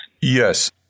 Yes